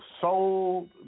sold